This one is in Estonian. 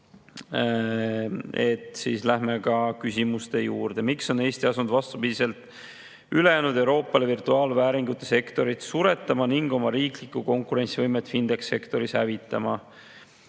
Lähme küsimuste juurde. "Miks on Eesti asunud vastupidiselt ülejäänud Euroopale virtuaalvääringute sektorit suretama ning oma riiklikku konkurentsivõimetfintechsektoris hävitama?"